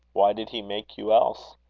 why did he make you else?